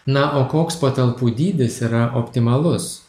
na o koks patalpų dydis yra optimalus